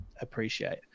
appreciate